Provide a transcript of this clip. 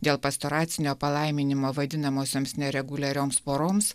dėl pastoracinio palaiminimo vadinamosioms nereguliarioms poroms